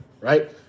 right